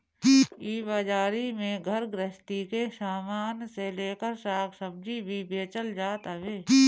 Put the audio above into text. इ बाजारी में घर गृहस्ती के सामान से लेकर साग सब्जी भी बेचल जात हवे